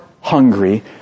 hungry